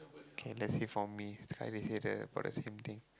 okay let's see for me sekali they say the about the same thing